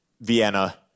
Vienna